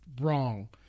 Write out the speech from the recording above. wrong